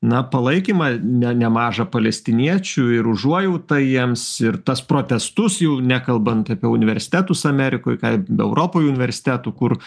na palaikymą ne nemažą palestiniečių ir užuojautą jiems ir tas protestus jau nekalbant apie universitetus amerikoj ką i europoj universitetų kur